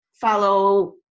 follow